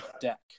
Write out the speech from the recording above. deck